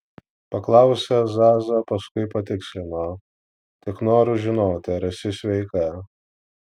paklausė zaza paskui patikslino tik noriu žinoti ar esi sveika